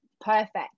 perfect